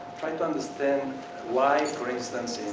try to understand why for instance,